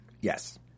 Yes